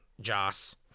Joss